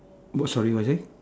what sorry what you say